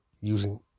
using